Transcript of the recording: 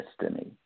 destiny